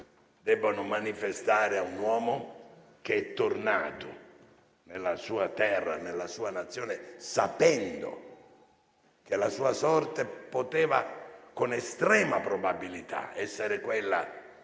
debbano manifestare a un uomo tornato nella sua terra, nella sua Nazione, sapendo che la sua sorte, con estrema probabilità, poteva essere quella